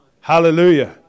Hallelujah